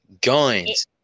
guns